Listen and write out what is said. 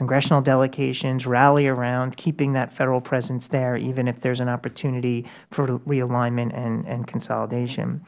congressional delegations rally around keeping that federal presence there even if there is an opportunity for realignment and consolidation